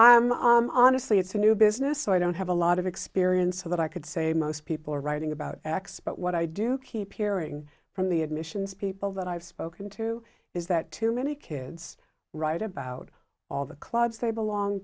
i honestly it's a new business so i don't have a lot of experience so that i could say most people are writing about x but what i do keep hearing from the admissions people that i've spoken to is that too many kids write about all the clubs they belong